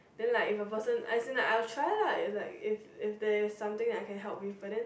then like if a person I still like I will try lah if like if if I there something I can help with but then